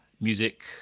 music